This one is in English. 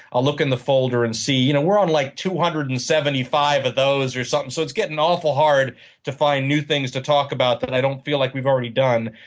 i'll look in the folder and see you know we're on like two hundred and seventy five of those so and so it's getting awful hard to find new things to talk about that i don't feel like we've already done.